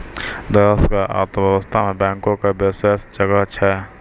देश के अर्थव्यवस्था मे बैंको के विशेष जगह छै